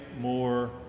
more